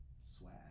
swag